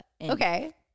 Okay